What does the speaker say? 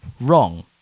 wrong